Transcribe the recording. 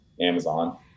Amazon